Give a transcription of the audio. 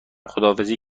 خداحافظی